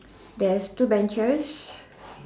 there's two benches